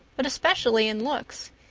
but especially in looks.